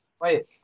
Wait